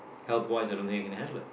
help wise don't think I can handle it